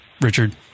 Richard